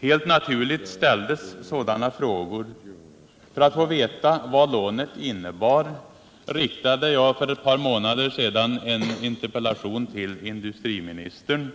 Helt naturligt ställdes sådana frågor. För att få veta vad lånet innebar riktade jag för ett par månader sedan en interpellation till industriministern.